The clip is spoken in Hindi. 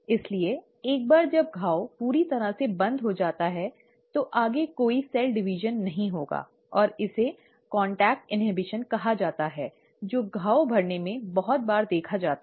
इसलिए एक बार जब घाव पूरी तरह से बंद हो जाता है तो आगे कोई कोशिका विभाजन नहीं होगा और इसे संपर्क अवरोधcontact inhibition' कहा जाता है जो घाव भरने में बहुत बार देखा जाता है